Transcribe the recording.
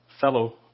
fellow